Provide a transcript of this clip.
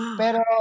pero